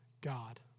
God